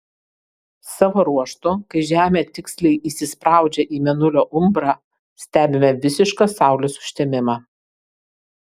savo ruožtu kai žemė tiksliai įsispraudžia į mėnulio umbrą stebime visišką saulės užtemimą